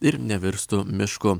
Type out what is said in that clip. ir nevirstų mišku